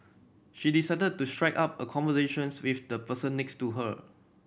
she decided to strike up a conversations with the person next to her